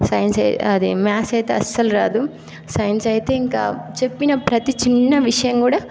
science అదే maths అయితే అసలు రాదు సైన్స్ అయితే ఇంకా చెప్పిన ప్రతి చిన్న విషయం కూడా